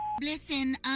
Listen